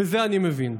בזה אני מבין.